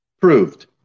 proved